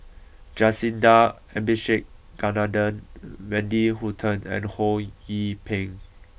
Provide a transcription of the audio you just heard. Jacintha Abisheganaden Wendy Hutton and Ho Yee Ping